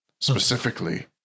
Specifically